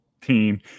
team